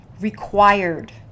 Required